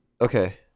Okay